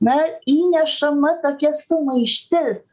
na įnešama tokia sumaištis